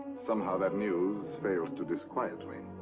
somehow, that news fails to disquiet me.